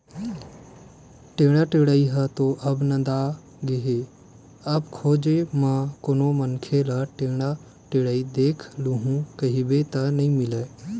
टेंड़ा टेड़ई ह तो अब नंदागे अब खोजे म कोनो मनखे ल टेंड़ा टेंड़त देख लूहूँ कहिबे त नइ मिलय